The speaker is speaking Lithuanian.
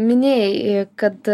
minėjai kad